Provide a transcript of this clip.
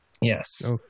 Yes